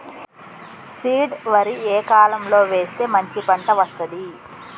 Seed వరి ఏ కాలం లో వేస్తే మంచి పంట వస్తది?